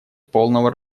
полного